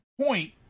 point